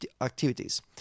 activities